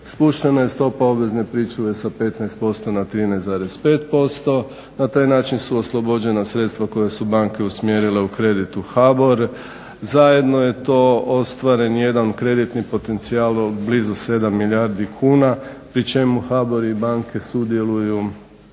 Spuštena je stopa obvezne pričuve sa 15% na 13,5%. Na taj način su oslobođena sredstva koja su banke usmjerile u kredit u HBOR. Zajedno je to ostvaren jedan kreditni potencijal blizu 7 milijardi kuna pri čemu HBOR i banke sudjeluju